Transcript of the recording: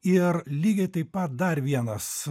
ir lygiai taip pat dar vienas